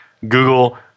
google